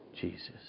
Jesus